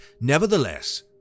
nevertheless